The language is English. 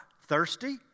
Thirsty